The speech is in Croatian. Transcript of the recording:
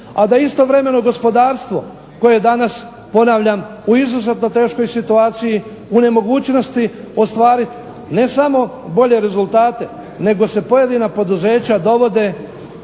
a da istovremeno gospodarstvo koje danas u izuzetno teškoj situaciji u nemogućnosti ostvariti ne samo bolje rezultate nego se pojedina poduzeća dovode